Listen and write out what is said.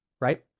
right